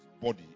body